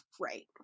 right